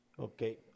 Okay